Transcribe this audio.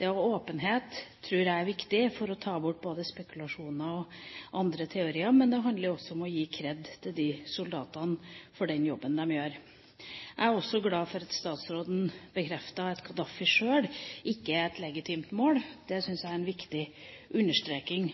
Det å ha åpenhet tror jeg er viktig for å ta bort både spekulasjoner og andre teorier. Men det handler også om å gi kred til soldatene for den jobben de gjør. Jeg er også glad for at statsråden bekrefter at Gaddafi sjøl ikke er et legitimt mål. Det syns jeg er en viktig understreking.